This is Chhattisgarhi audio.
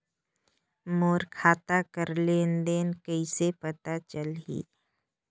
मोर खाता कर लेन देन कइसे पता चलही?